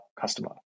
customer